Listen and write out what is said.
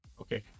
Okay